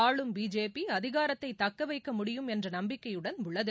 ஆளும் பிஜேபி அதிகாரத்தை தக்கவைக்க முடியும் என்ற நம்பிக்கையுடன் உள்ளது